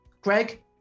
Greg